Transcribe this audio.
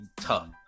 tough